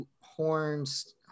horns